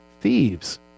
thieves